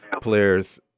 players